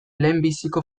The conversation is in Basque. lehenbiziko